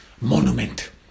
monument